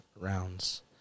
rounds